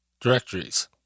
directories